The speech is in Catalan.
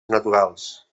naturals